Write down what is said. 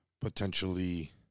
potentially